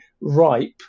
ripe